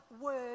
Word